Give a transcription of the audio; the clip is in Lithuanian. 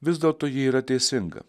vis dėlto ji yra teisinga